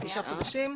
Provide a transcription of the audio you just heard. לתשעה חודשים.